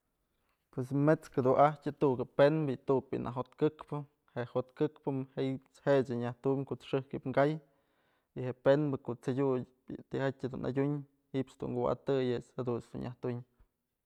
Pues met'skë dun ajtyë tu'uk penbë y tu'uk bi'i nä jotkëkpë je'e jotkëkpë jech je'e nyaj tum koch xëjk ji'ib ka'ay y je'e penbë ko'o t'sedyut bi'i tijatyë dun adyun ji'ib ëch dun kuwa'atëy este jadunch dun nyajtun.